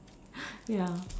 ya